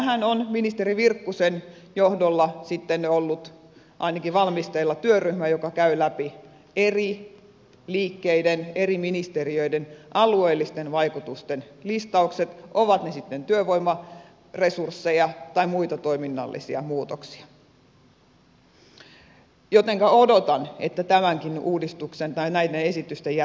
tähän on ministeri virkkusen johdolla sitten ollut ainakin valmisteilla työryhmä joka käy läpi eri liikkeiden eri ministeriöiden alueellisten vaikutusten listaukset ovat ne sitten työvoimaresursseja tai muita toiminnallisia muutoksia jotenka odotan että tämänkin uudistuksen tai näiden esitysten jälkeen tämä tehdään